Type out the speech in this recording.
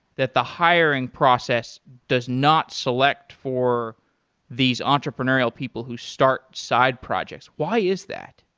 that the hiring process does not select for these entrepreneurial people who start side projects. why is that?